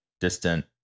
distant